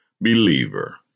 Believer